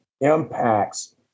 impacts